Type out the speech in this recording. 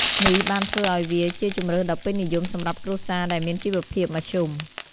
នេះបានធ្វើឱ្យវាជាជម្រើសដ៏ពេញនិយមសម្រាប់គ្រួសារដែលមានជីវភាពមធ្យម។